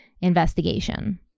investigation